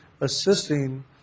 assisting